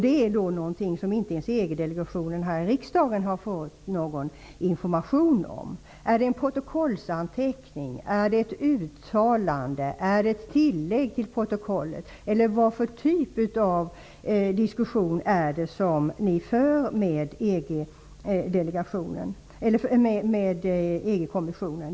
Detta är något som inte ens EG-delegationen här i riksdagen har fått någon information om. Är det fråga om en protokollsanteckning? Är det ett uttalande? Är det ett tillägg till protokollet? Eller vilken typ av diskussion är det som ni för med EG kommissionen?